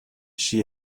she